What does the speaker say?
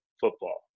football